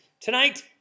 Tonight